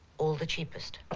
all the cheapest.